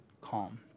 calm